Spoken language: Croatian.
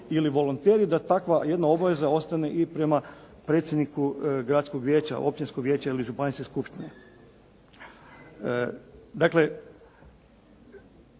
ili volonteri da takva jedna obaveza ostane i prema predsjedniku gradskog vijeća, općinskog vijeća ili županijske skupštine.